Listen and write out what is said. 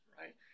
right